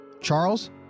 Charles